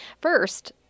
First